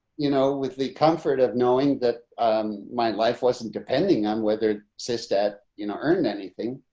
you know, with the comfort of knowing that my life wasn't depending on whether systat, you know, earned anything.